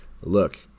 look